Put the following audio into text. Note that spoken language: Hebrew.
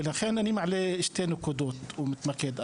ולכן, אני מעלה שתי נקודות ומתמקד.